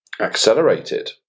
accelerated